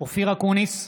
אופיר אקוניס,